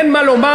אין מה לומר,